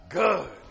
good